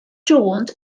jones